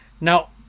Now